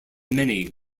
many